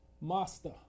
Master